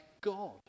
God